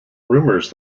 rumors